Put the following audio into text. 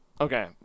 Okay